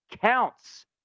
counts